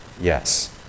Yes